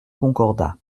concordat